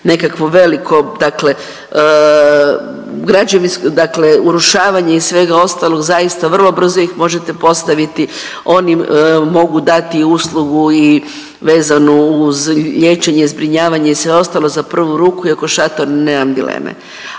građevinsko dakle urušavanje i svega ostalog zaista vrlo brzo ih možete postaviti, oni mogu dati uslugu vezanu uz liječenje, zbrinjavanje i sve ostalo za prvu ruku iako šator nemam dileme.